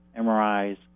MRIs